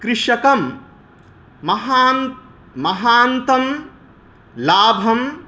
कृषकं महान् महान्तं लाभं